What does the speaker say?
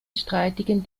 streitigen